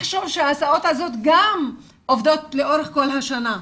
שההסעות האלה עובדות לאורך כל השנה.